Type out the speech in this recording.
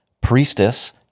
Priestess